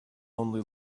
only